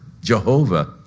Jehovah